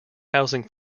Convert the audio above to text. housing